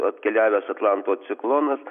atkeliavęs atlanto ciklonas